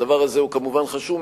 הדבר הזה הוא כמובן חשוב,